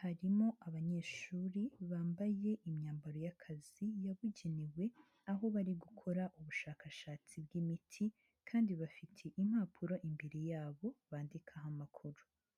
Harimo abanyeshuri bambaye imyambaro y'akazi yabugenewe, aho bari gukora ubushakashatsi bw'imiti kandi bafite impapuro imbere yabo bandikaho amakuru.